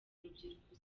urubyiruko